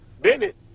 Bennett